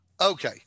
Okay